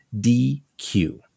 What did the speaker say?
DQ